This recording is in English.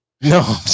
no